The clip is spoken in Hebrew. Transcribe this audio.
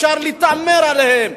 אפשר להתעמר עליהם,